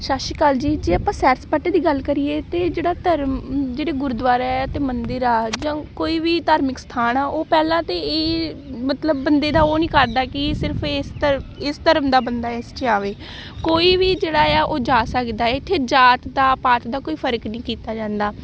ਸਤਿ ਸ਼੍ਰੀ ਅਕਾਲ ਜੀ ਜੇ ਆਪਾਂ ਸੈਰ ਸਪਾਟੇ ਦੀ ਗੱਲ ਕਰੀਏ ਤਾਂ ਜਿਹੜਾ ਧਰਮ ਜਿਹੜੇ ਗੁਰਦੁਆਰਾ ਆ ਅਤੇ ਮੰਦਿਰ ਆ ਜਾਂ ਕੋਈ ਵੀ ਧਾਰਮਿਕ ਸਥਾਨ ਆ ਉਹ ਪਹਿਲਾਂ ਤਾਂ ਇਹ ਮਤਲਬ ਬੰਦੇ ਦਾ ਉਹ ਨਹੀਂ ਕਰਦਾ ਕਿ ਸਿਰਫ਼ ਇਸ ਧਰ ਇਸ ਧਰਮ ਦਾ ਬੰਦਾ ਇਸ 'ਚ ਆਵੇ ਕੋਈ ਵੀ ਜਿਹੜਾ ਆ ਉਹ ਜਾ ਸਕਦਾ ਇੱਥੇ ਜਾਤ ਦਾ ਪਾਤ ਦਾ ਕੋਈ ਫ਼ਰਕ ਨਹੀਂ ਕੀਤਾ ਜਾਂਦਾ